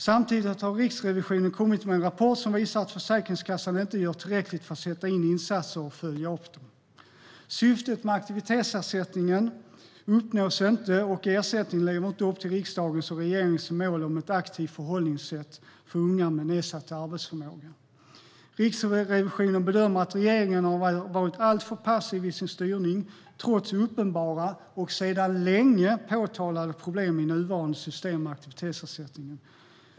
Samtidigt har Riksrevisionen kommit med en rapport som visar att Försäkringskassan inte gör tillräckligt för att sätta in insatser och följa upp dem. Syftet med aktivitetsersättningen uppnås inte, och ersättningen lever inte upp till riksdagens och regeringens mål om ett aktivt förhållningssätt till unga med nedsatt arbetsförmåga. Riksrevisionen bedömer att regeringen har varit alltför passiv i sin styrning, trots uppenbara och sedan länge påtalade problem i nuvarande system med aktivitetsersättningen.